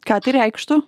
kad reikštų